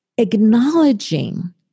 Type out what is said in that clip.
acknowledging